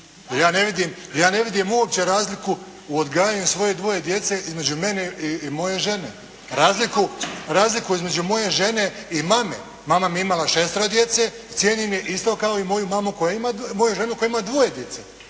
ja ne vidim uopće razliku u odgajanju svoje dvoje djece između mene i moje žene. Razliku između moje žene i mame. Mama mi je imala šestero djece, cijenim je isto kao i moju mamu koja ima, moju ženu